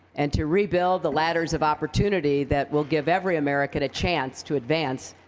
and to rebuild the ladders of opportunity that will give every american a chance to advance,